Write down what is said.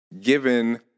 given